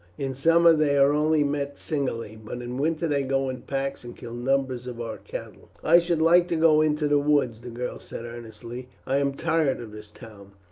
in summer they are only met singly, but in winter they go in packs and kill numbers of our cattle. i should like to go into the woods, the girl said earnestly, i am tired of this town.